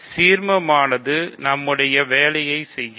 சீர்மமானது நம்முடைய வேலையை செய்யும்